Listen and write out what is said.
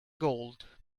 gold